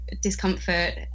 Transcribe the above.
discomfort